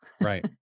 Right